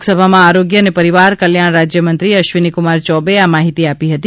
લોકસભામાં આરોગ્ય અને પરિવાર કલ્યાણ રાજ્યમંત્રી અશ્વિનીકુમાર ચૌબેએ આ માહિતી આપી હતી